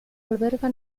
alberga